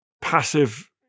passive